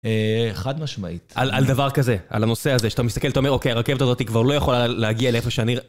חד משמעית. על דבר כזה, על הנושא הזה, שאתה מסתכל, אתה אומר, אוקיי, הרכבת אותי כבר לא יכולה להגיע לאיפה שאני רואה.